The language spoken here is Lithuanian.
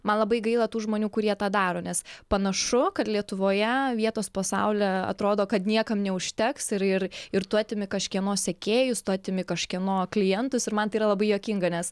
man labai gaila tų žmonių kurie tą daro nes panašu kad lietuvoje vietos po saule atrodo kad niekam neužteks ir ir ir tu atimi kažkieno sekėjus tu atimi kažkieno klientus ir man tai yra labai juokinga nes